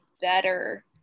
better